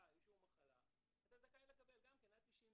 אישור מחלה אתה זכאי לקבל גם כן עד 90 יום.